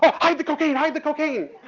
ah hide the cocaine, hide the cocaine.